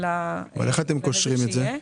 איך אתם קושרים את זה?